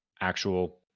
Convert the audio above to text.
actual